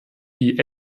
die